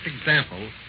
example